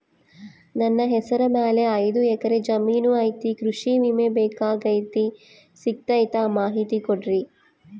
ನನ್ನ ಹೆಸರ ಮ್ಯಾಲೆ ಐದು ಎಕರೆ ಜಮೇನು ಐತಿ ಕೃಷಿ ವಿಮೆ ಬೇಕಾಗೈತಿ ಸಿಗ್ತೈತಾ ಮಾಹಿತಿ ಕೊಡ್ರಿ?